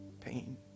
pain